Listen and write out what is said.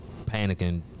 panicking